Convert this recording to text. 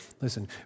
Listen